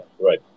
Right